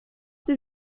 sie